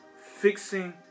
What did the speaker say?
fixing